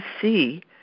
see